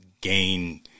gain